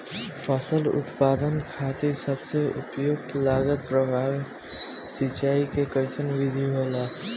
फसल उत्पादन खातिर सबसे उपयुक्त लागत प्रभावी सिंचाई के कइसन विधि होला?